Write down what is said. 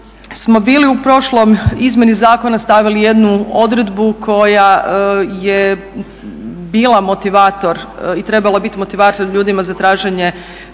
smo bili u prošloj izmjeni zakona stavili jednu odredbu koja je bila motivator i trebala biti motivator ljudima za traženje